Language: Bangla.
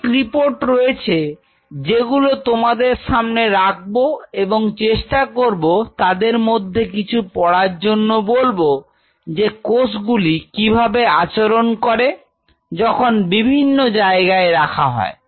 অনেক রিপোর্ট রয়েছে যেগুলো তোমাদের সামনে রাখব এবং চেষ্টা করব তাদের মধ্যে কিছু পড়ার জন্য বলব যে কোষগুলি কিভাবে আচরণ করে যখন বিভিন্ন জায়গায় রাখা হয়